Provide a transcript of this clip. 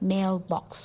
Mailbox